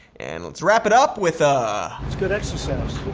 and let's wrap it up with a. that's good exercise.